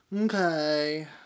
Okay